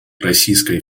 российская